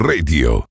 Radio